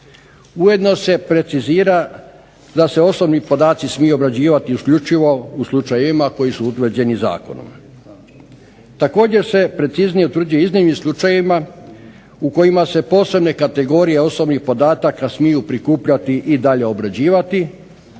Ujedno se precizira da se osobni podaci smiju obrađivati isključivo u slučajevima koji su utvrđeni zakonom. Također se preciznije utvrđuje iznimnim slučajevima u kojima se posebne kategorije osobnih podataka smiju prikupljati i dalje obrađivati,